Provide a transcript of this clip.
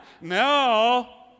No